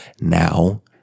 now